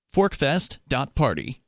Forkfest.party